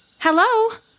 Hello